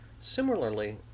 Similarly